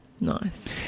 Nice